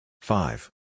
Five